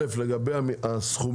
ראשית, לגבי הסכומים.